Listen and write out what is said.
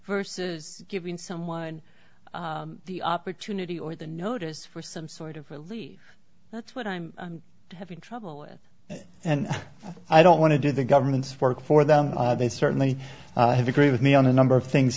versus giving someone the opportunity or the notice for some sort of relief that's what i'm having trouble with and i don't want to do the government's work for them they certainly have agreed with me on a number of things